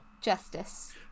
Justice